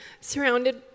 surrounded